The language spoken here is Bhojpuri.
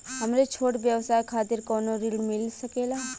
हमरे छोट व्यवसाय खातिर कौनो ऋण मिल सकेला?